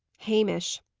hamish!